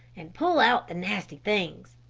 and pull out the nasty things.